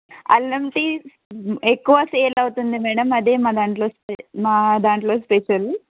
అల్లం టీ ఎక్కువ సేల్ అవుతుంది మేడం అదే మా దాంట్లో మా దాంట్లో స్పెషల్